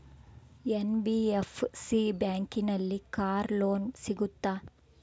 NBFC ಬ್ಯಾಂಕಿನಲ್ಲಿ car loan ಸಿಗುತ್ತಾ?